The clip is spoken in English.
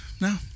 no